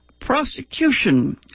prosecution